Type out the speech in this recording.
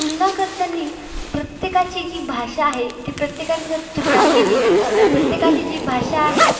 तुलना करताना प्रत्येकाची जी भाषा आहे ती प्रत्येकानी जर तुलना केली तर प्रत्येकाची जी भाषा आहे